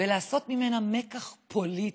ולעשות ממנה מקח פוליטי.